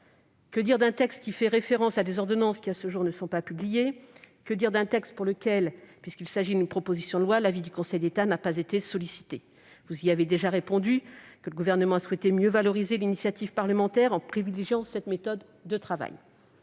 Que dire d'un texte qui fait référence à des ordonnances qui, à ce jour, n'ont pas été publiées ? Que dire d'un texte sur lequel, puisqu'il s'agit d'une proposition de loi, l'avis du Conseil d'État n'a pas été sollicité ? Vous avez déjà répondu à cette dernière question : le Gouvernement a souhaité mieux valoriser l'initiative parlementaire en privilégiant cette méthode de travail.